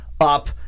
up